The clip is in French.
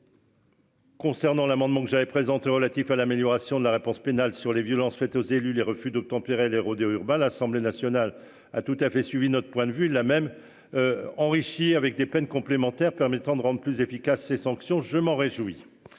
Concernant l'amendement que j'avais présenté relatif à l'amélioration de la réponse pénale sur les violences faites aux élus les refus d'obtempérer, les rodéos urbains, à l'Assemblée nationale. À tout à fait suivi notre point de vue là même. Enrichi avec des peines complémentaires permettant de rendre plus efficace. Ces sanctions, je m'en réjouis.